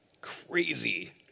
crazy